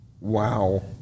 Wow